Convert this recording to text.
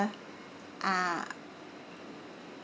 ah